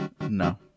No